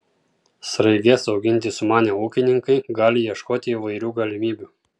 sraiges auginti sumanę ūkininkai gali ieškoti įvairių galimybių